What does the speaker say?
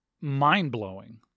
mind-blowing